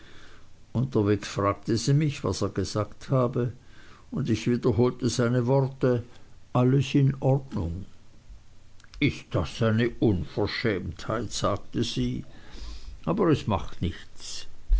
unterwegs fragte sie mich was er gesagt habe und ich wiederholte seine worte alles in ordnung ist das eine unverschämtheit sagte sie aber es macht nichts